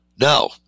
Now